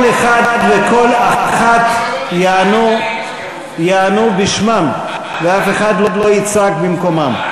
רק כל אחד וכל אחת יענו בשמם ואף אחד לא יצעק במקומם.